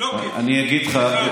אני חייב להגיד לך,